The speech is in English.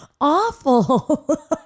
awful